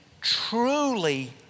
truly